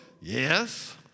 Yes